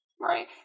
Right